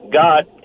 God